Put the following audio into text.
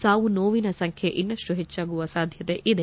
ಸಾವು ನೋವುವಿನ ಸಂಬ್ಲೆ ಇನ್ನಷ್ಟು ಹೆಚ್ಚಾಗುವ ಸಾಧ್ಯತೆ ಇದೆ